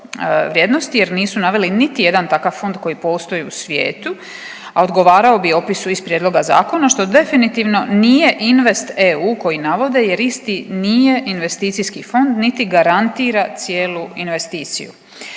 vrijednosti, jer nisu naveli niti jedan takav fond koji postoji u svijetu, a odgovarao bi opisu iz prijedloga zakona što definitivno nije InvestEU koji navode, jer isti nije investicijski fond niti garantira cijelu investiciju.